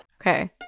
okay